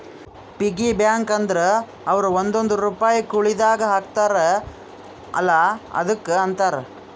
piggy bank ಅಂದುರ್ ಅವ್ರು ಒಂದೊಂದ್ ರುಪೈ ಕುಳ್ಳಿದಾಗ ಹಾಕ್ತಾರ ಅಲ್ಲಾ ಅದುಕ್ಕ ಅಂತಾರ